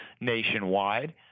nationwide